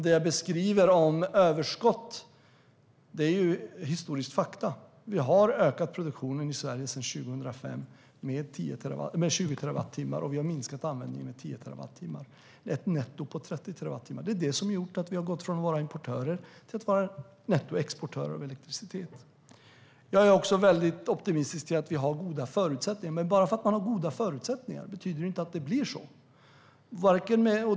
Det jag beskriver om överskott är ett historiskt faktum. Sedan 2005 har vi har ökat produktionen i Sverige med 20 terawattimmar och minskat användningen med 10 terawattimmar, vilket ger ett netto på 30 terawattimmar. Det är det som har gjort att vi har gått från att vara importör till att vara exportör av elektricitet. Jag är också optimistisk till att vi har goda förutsättningar. Men bara för att vi har goda förutsättningar betyder det inte att det blir så.